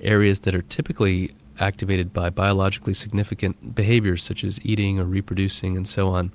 areas that are typically activated by biologically significant behaviour such as eating, or reproducing or and so on,